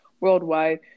worldwide